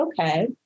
okay